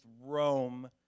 Rome